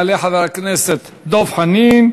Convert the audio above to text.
יעלה חבר הכנסת דב חנין,